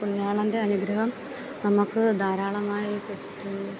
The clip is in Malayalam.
പുണ്യാളൻ്റെ അനുഗ്രഹം നമുക്ക് ധാരാളമായി കിട്ടുന്ന